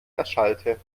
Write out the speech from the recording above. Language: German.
erschallte